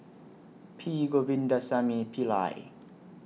P Govindasamy Pillai